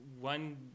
One